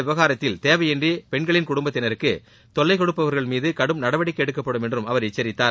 விவகாரத்தில் தேவையின்றி பெண்களின் குடும்பத்தினருக்கு தொல்லை இந்த கொடுப்பவர்கள் மீது கடும் நடவடிக்கை எடுக்கப்படும் என்றும் அவர் எச்சரித்தார்